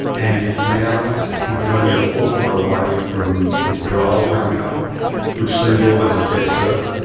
and now he was only a fortnight away from his parole coming up which seemed almost a dead cert,